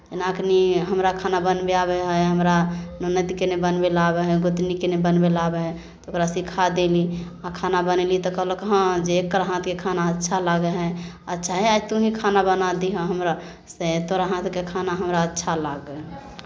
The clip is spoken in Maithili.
जेना एखन हमरा खाना बनबे आबै हइ हमरा ननदिकेँ नहि बनबै लए आबै हइ गोतनीके नहि बनबै लए आबै हइ तऽ ओकरा सिखा देली आ खाना बनयली तऽ कहलक हँ जे एकर हाथके खाना अच्छा लागै हइ अच्छा हे आइ तोहीँ खाना बना दिहऽ हमरा से तोरा हाथके खाना हमरा अच्छा लागै हइ